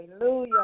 Hallelujah